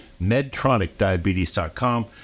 medtronicdiabetes.com